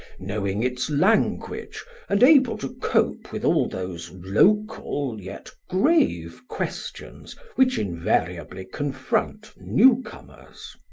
knowing its language and able to cope with all those local yet grave questions which invariably confront newcomers.